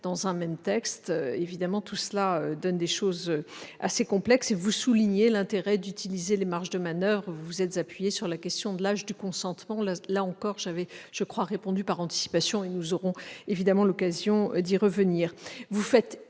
dans un même texte. Évidemment, tout ceci donne des choses assez complexes, et vous soulignez l'intérêt d'utiliser les marges de manoeuvre, pour traiter notamment la question de l'âge du consentement- là encore, j'avais, me semble-t-il, répondu par anticipation, et nous aurons évidemment l'occasion d'y revenir.